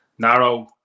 Narrow